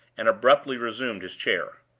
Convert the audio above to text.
and abruptly resumed his chair.